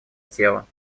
тела